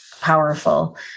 powerful